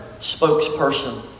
spokesperson